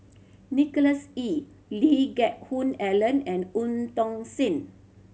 Nicholas Ee Lee Geck Hoon Ellen and Eu Tong Sen